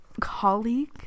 colleague